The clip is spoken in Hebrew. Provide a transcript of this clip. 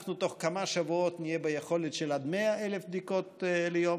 אנחנו תוך כמה שבועות נהיה עם יכולת של עד 100,000 בדיקות ליום.